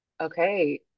okay